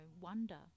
wonder